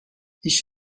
i̇ş